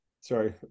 sorry